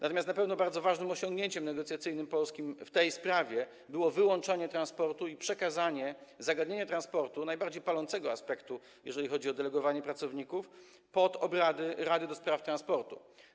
Natomiast na pewno bardzo ważnym osiągnięciem negocjacyjnym Polski w tej sprawie było wyłączenie transportu i skierowanie zagadnienia transportu, najbardziej palącego aspektu, jeżeli chodzi o delegowanie pracowników, pod obrady rady ds. transportu.